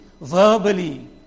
verbally